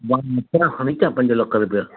मां मित्रां खणी अचां पंज लख रुपिया